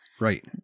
Right